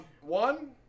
One